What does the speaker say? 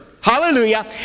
hallelujah